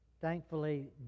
thankfully